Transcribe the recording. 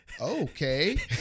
okay